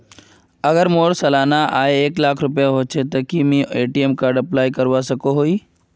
अगर मोर सालाना आय एक लाख होचे ते मुई ए.टी.एम कार्ड अप्लाई करवा सकोहो ही?